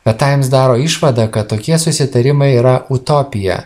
ve taims daro išvadą kad tokie susitarimai yra utopija